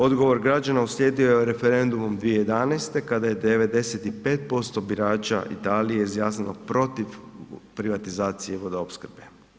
Odgovor građana uslijedio je referendumom 2011. kada je 95% birača Italije izjasnilo protiv privatizacije vodoopskrbe.